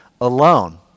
alone